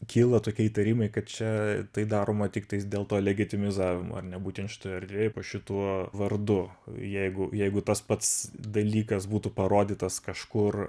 kyla tokie įtarimai kad čia tai daroma tiktais dėl to legitimizavimo ar ne būtent šitoje erdvėje po šituo vardu jeigu jeigu tas pats dalykas būtų parodytas kažkur